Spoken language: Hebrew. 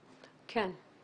מכן.